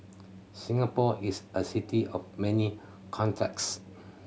Singapore is a city of many contrasts